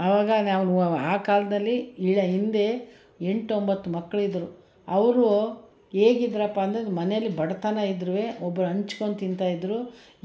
ಆವಾಗ ನಾವು ಆ ಕಾಲದಲ್ಲಿ ಇಳ ಹಿಂದೆ ಎಂಟು ಒಂಬತ್ತು ಮಕ್ಳು ಇದ್ದರು ಅವರು ಹೇಗೆ ಇದ್ದರಪ್ಪ ಅಂದರೆ ಮನೆಲಿ ಬಡತನ ಇದ್ರೂ ಒಬ್ರು ಹಂಚ್ಕೊಂಡು ತಿಂತಾಯಿದ್ರು